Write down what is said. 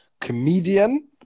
comedian